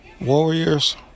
Warriors